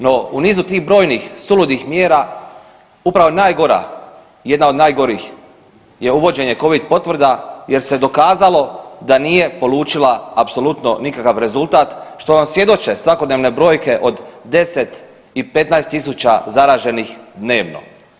No u nizu tih brojnih suludih mjera upravo najgora, jedna od najgorih je uvođenje covid potvrda jer se dokazalo da nije polučila apsolutno nikakav rezultat, što vam svjedoče svakodnevne brojke od 10 i 15.000 zaraženih dnevno.